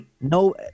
No